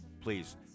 please